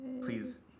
please